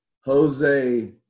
Jose